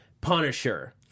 Punisher